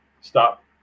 stop